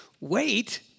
wait